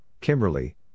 Kimberly